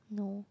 no